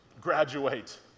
graduate